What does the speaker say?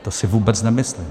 To si vůbec nemyslím.